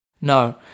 No